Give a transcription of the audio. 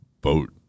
boat